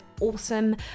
awesome